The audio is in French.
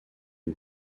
une